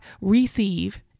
receive